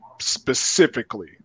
specifically